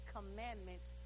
Commandments